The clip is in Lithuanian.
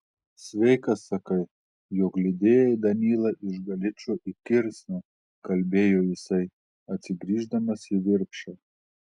sveikas sakai jog lydėjai danylą iš galičo į kirsną kalbėjo jisai atsigrįždamas į virpšą